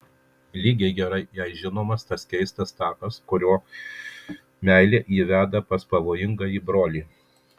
lygiai gerai jai žinomas tas keistas takas kuriuo meilė jį veda pas pavojingąjį brolį